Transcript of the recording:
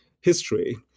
history